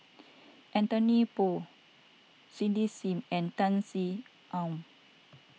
Anthony Poon Cindy Sim and Tan Sin Aun